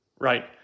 Right